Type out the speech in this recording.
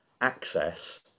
access